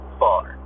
far